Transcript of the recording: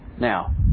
Now